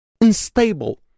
unstable